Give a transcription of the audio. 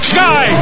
Sky